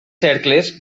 cercles